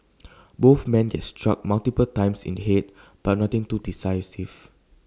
both man get struck multiple times in Head but nothing too decisive